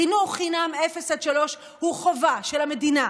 חינוך חינם מאפס עד שלוש הוא חובה של המדינה